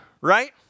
right